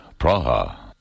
Praha